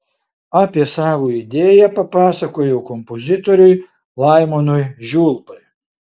apie savo idėją papasakojau kompozitoriui laimonui žiulpai